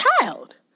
child